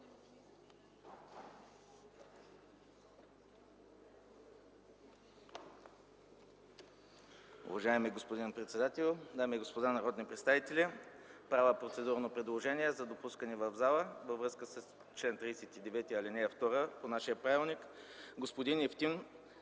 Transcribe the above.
Уважаеми господин председател, дами и господа народни представители! Правя процедурно предложение за допускане в залата във връзка с чл. 39, ал. 2 от нашия правилник на господин Евтим